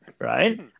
right